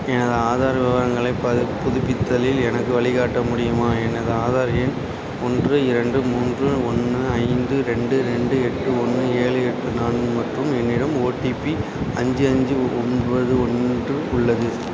எனது ஆதார் விவரங்களைப் ப புதுப்பித்தலில் எனக்கு வழிகாட்ட முடியுமா எனது ஆதார் எண் ஒன்று இரண்டு மூன்று ஒன்று ஐந்து ரெண்டு ரெண்டு எட்டு ஒன்று ஏழு எட்டு நாலு மற்றும் என்னிடம் ஓடிபி அஞ்சு அஞ்சு ஒ ஒன்பது ஒன்று உள்ளது